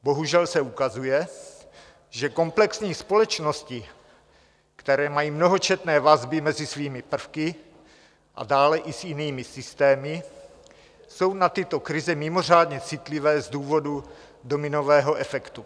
Bohužel se ukazuje, že komplexní společnosti, které mají mnohočetné vazby mezi svými prvky a dále i s jinými systémy, jsou na tyto krize mimořádně citlivé z důvodu dominového efektu.